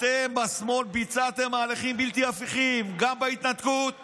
אתם השמאל ביצעתם מהלכים בלתי הפיכים גם בהתנתקות